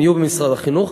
הם יהיו במשרד החינוך.